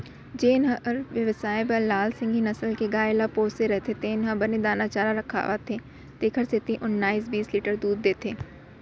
जेन हर बेवसाय बर लाल सिंघी नसल के गाय ल पोसे रथे तेन ह बने दाना चारा खवाथे तेकर सेती ओन्नाइस बीस लीटर दूद देथे